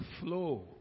flow